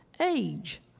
age